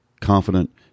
Confident